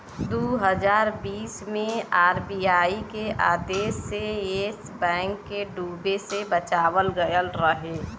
दू हज़ार बीस मे आर.बी.आई के आदेश से येस बैंक के डूबे से बचावल गएल रहे